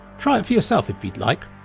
try it yourself if you'd like.